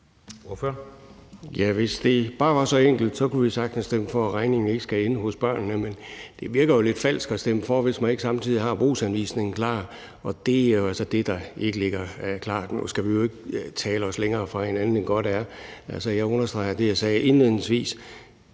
hvis det bare var så enkelt, kunne vi sagtens stemme for, at regningen ikke skal ende hos børnene, men det virker jo lidt falsk at stemme for, hvis man ikke samtidig har brugsanvisningen klar. Og det er jo altså det, der ikke ligger klar. Men nu skal vi jo ikke tale os længere fra hinanden, end godt er. Altså, jeg vil understrege det, jeg sagde indledningsvis